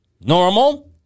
normal